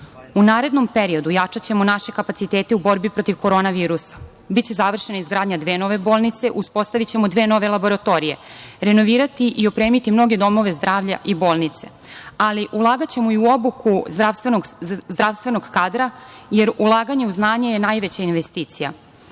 narednom periodu jačaćemo naše kapacitete u borbi protiv korona virusa. Biće završena izgradnja dve nove bolnice, uspostavićemo dve nove laboratorije, renovirati i opremiti mnoge domove zdravlja i bolnice, ali ulagaćemo i u obuku zdravstvenog kadra, jer ulaganje u znanje je najveća investicija.